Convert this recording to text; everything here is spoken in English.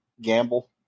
gamble